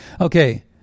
Okay